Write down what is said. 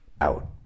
out